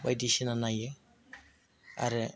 बायदिसिना नायो आरो